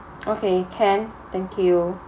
okay can thank you